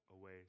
away